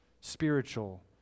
spiritual